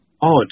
odd